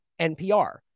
NPR